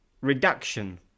reduction